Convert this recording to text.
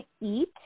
eat